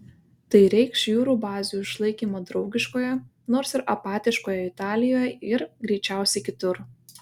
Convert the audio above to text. tai reikš jūrų bazių išlaikymą draugiškoje nors ir apatiškoje italijoje ir greičiausiai kitur